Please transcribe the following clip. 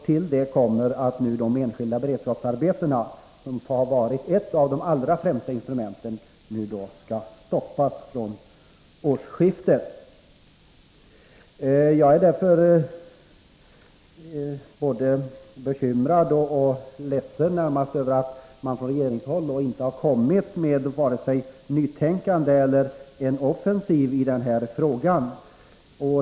Till det kommer att de enskilda beredskapsarbetena, som har varit ett av de allra främsta instrumenten, nu skall stoppas vid årsskiftet. Jag är med tanke på allt detta både bekymrad och ledsen över att man inte på regeringshåll har kommit med vare sig något nytänkande eller en offensiv i den här frågan.